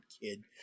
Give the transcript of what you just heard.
kid